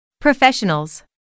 Professionals